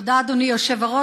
תודה, אדוני היושב-ראש.